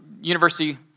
university